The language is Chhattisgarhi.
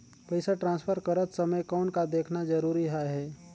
पइसा ट्रांसफर करत समय कौन का देखना ज़रूरी आहे?